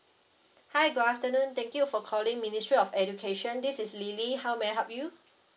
hi good afternoon thank you for calling ministry of education this is lily how may I help you